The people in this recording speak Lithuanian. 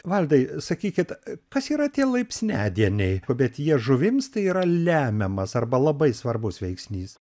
valdai sakykit kas yra tie laipsniadieniai bet jie žuvims tai yra lemiamas arba labai svarbus veiksnys